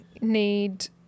need